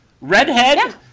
redhead